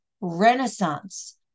renaissance